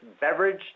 beverage